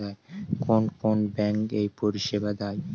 কোন কোন ব্যাঙ্ক এই পরিষেবা দেয়?